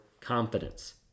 confidence